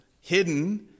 hidden